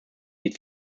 die